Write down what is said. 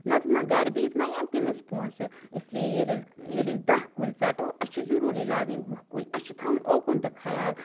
نتہٕ ما گرِ بِہِتھ ما یِنۍ تٔمِس پوٚنسہٕ اس لیے ییٚلہِ أسۍ ییٚلہِ أسۍ دَہ کُلۍ ژَٹو اَسہِ چھُ ضروٗری لاگٕنۍ وُہ کُلۍ اَسہِ چھُ تھاوُن اوٚرکُن تہِ خَیال